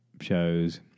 shows